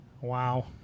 Wow